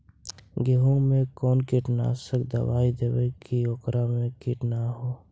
गेहूं में कोन कीटनाशक दबाइ देबै कि ओकरा मे किट न हो?